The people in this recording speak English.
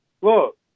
Look